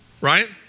right